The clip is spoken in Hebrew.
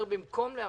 הקרן נעולה לשש שנים,